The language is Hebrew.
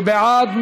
מי בעד?